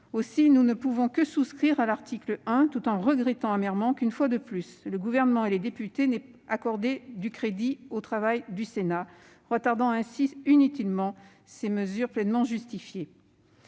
Aussi, nous ne pouvons que souscrire à l'article 1, tout en regrettant amèrement que, une fois de plus, le Gouvernement et les députés n'aient pas accordé de crédit au travail du Sénat, retardant ainsi inutilement ces mesures tout à fait justifiées.